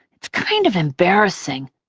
it's kind of embarrassing.